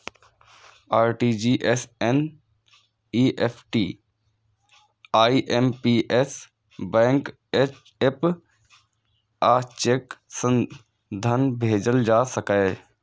RTGS, NEFT, IMPS, bank app आ cheque सं धन भेजल जा सकैए